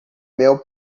mel